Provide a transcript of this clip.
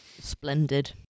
splendid